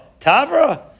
Tavra